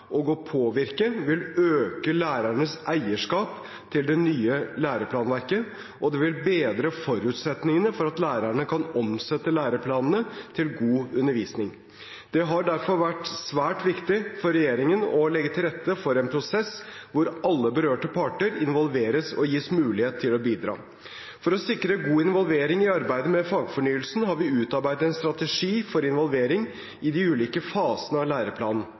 og å påvirke vil øke lærernes eierskap til det nye læreplanverket, og det vil bedre forutsetningene for at lærerne kan omsette læreplanene til god undervisning. Det har derfor vært svært viktig for regjeringen å legge til rette for en prosess hvor alle berørte parter involveres og gis mulighet til å bidra. For å sikre god involvering i arbeidet med fagfornyelsen har vi utarbeidet en strategi for involvering i de ulike fasene av